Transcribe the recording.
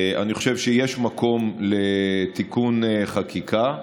אני חושב שיש מקום לתיקון חקיקה.